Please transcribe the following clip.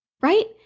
Right